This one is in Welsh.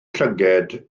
llygaid